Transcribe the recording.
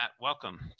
welcome